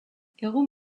egun